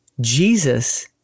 Jesus